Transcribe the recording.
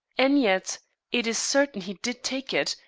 and yet it is certain he did take it,